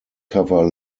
cover